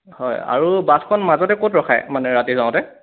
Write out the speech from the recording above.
হয় আৰু বাছখন মাজতে ক'ত ৰখায় মানে ৰাতি যাওঁতে